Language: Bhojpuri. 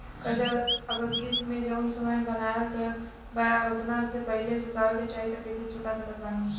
कर्जा अगर किश्त मे जऊन समय बनहाएल बा ओतना से पहिले चुकावे के चाहीं त कइसे चुका सकत बानी?